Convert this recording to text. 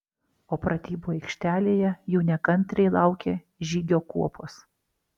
o pratybų aikštelėje jų nekantriai laukė žygio kuopos